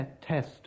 test